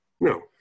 No